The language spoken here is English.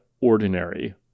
ordinary